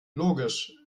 logisch